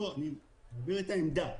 אני אומר את העמדה.